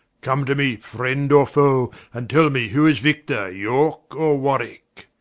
come to me, friend, or foe, and tell me who is victor, yorke, or warwicke?